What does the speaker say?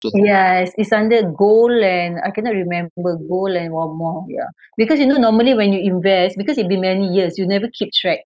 ya it's it's under gold land I cannot remember gold land or more ya because you know normally when you invest because it'll be many years you'll never keep track